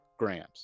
Grams